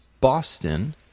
Boston